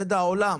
ידע עולם.